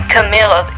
Camilla